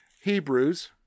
Hebrews